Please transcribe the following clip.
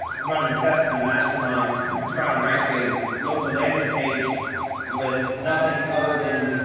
i'm running the test in the mastermind trying to rank a local landing page with nothing other than